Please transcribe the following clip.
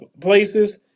places